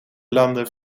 landen